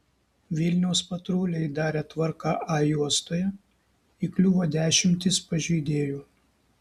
vilniaus patruliai darė tvarką a juostoje įkliuvo dešimtys pažeidėjų